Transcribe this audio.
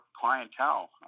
clientele